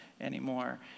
anymore